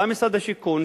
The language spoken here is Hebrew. בא משרד השיכון,